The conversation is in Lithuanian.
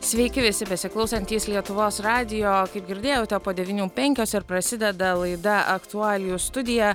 sveiki visi besiklausantys lietuvos radijo kaip girdėjote po devynių penkios ir prasideda laida aktualijų studija